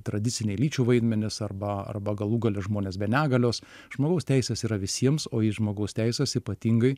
tradiciniai lyčių vaidmenys arba arba galų gale žmonės be negalios žmogaus teisės yra visiems o iš žmogaus teisės ypatingai